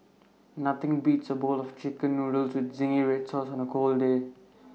nothing beats A bowl of Chicken Noodles with Zingy Red Sauce on A cold day